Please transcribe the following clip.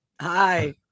hi